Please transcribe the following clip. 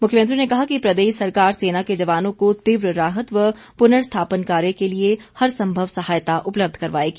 मुख्यमंत्री ने कहा कि प्रदेश सरकार सेना के जवानों को तीव्र राहत व पुर्नस्थापन कार्य के लिए हर सम्भव सहायता उपलब्ध करवाएगी